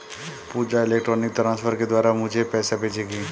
पूजा electronic transfer के द्वारा मुझें पैसा भेजेगी